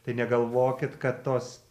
tai negalvokit kad tos